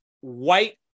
white